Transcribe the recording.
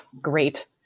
Great